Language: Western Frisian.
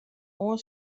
oan